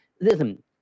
listen